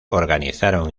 organizaron